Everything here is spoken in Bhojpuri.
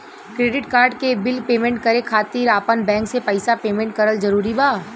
क्रेडिट कार्ड के बिल पेमेंट करे खातिर आपन बैंक से पईसा पेमेंट करल जरूरी बा?